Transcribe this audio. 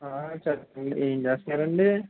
చెప్పు ఏం చేస్తున్నారండి